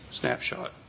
snapshot